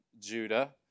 Judah